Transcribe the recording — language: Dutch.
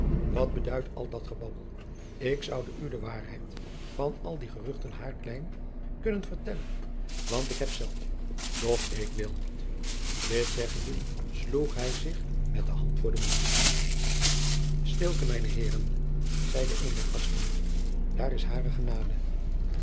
wat beduidt al dat gebabbel ik zoude u de waarheid van al die geruchten hairklein kunnen vertellen want ik heb zelf doch ik wil niet dit zeggende sloeg hij zich met de hand voor den mond jacob van lennep de pleegzoon stilte mijne heeren zeide een der gasten daar is hare